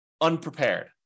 unprepared